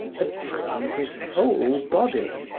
attacking his whole body.